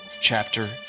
Chapter